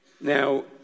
Now